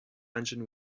engine